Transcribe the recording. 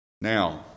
Now